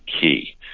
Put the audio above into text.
key